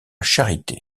charité